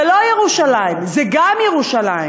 זה לא ירושלים, זה גם ירושלים,